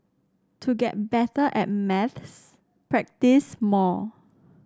to get better at maths practise more